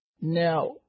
Now